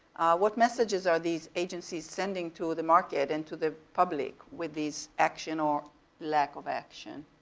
what messages are these agencies sending to the market and to the public with these action or lack of action?